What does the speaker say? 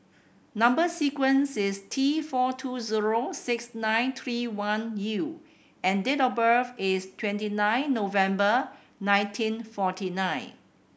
number sequence is T four two zero six nine three one U and date of birth is twenty nine November nineteen forty nine